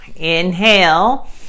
Inhale